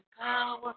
power